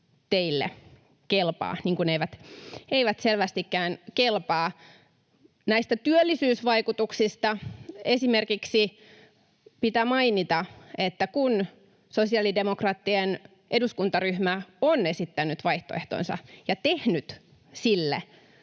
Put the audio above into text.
teille kelpaa, niin kuin ne eivät selvästikään kelpaa? Näistä työllisyysvaikutuksista esimerkiksi pitää mainita, että kun sosiaalidemokraattien eduskuntaryhmä on esittänyt vaihtoehtonsa ja tehnyt sille